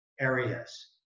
areas